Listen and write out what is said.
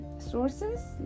sources